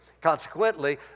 Consequently